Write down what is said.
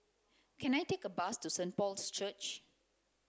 can I take a bus to Saint Paul's Church